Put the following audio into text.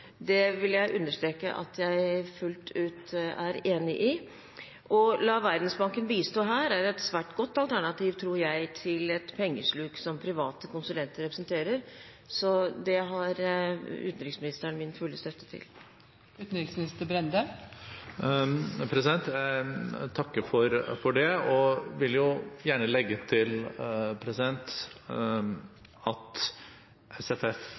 Det vil jeg understreke at jeg fullt ut er enig i. Å la Verdensbanken bistå her er et svært godt alternativ, tror jeg, til et pengesluk som private konsulenter representerer, så til det har utenriksministeren min fulle støtte. Jeg takker for det, og vil gjerne legge til at SFF,